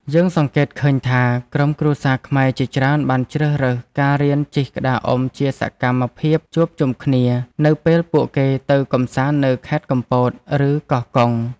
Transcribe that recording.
យើងសង្កេតឃើញថា ក្រុមគ្រួសារខ្មែរជាច្រើនបានជ្រើសរើសការរៀនជិះក្តារអុំជាសកម្មភាពជួបជុំគ្នា នៅពេលពួកគេទៅកម្សាន្តនៅខេត្តកំពត ឬកោះកុង។